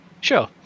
Sure